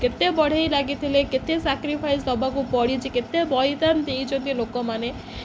କେତେ ବଢ଼େଇ ଲାଗିଥିଲେ କେତେ ସାକ୍ରିଫାଇସ୍ ଦବାକୁ ପଡ଼ିଛି କେତେ ବଳିଦାନ ଦେଇଛନ୍ତି ଲୋକମାନେ